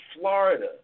Florida